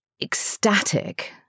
ecstatic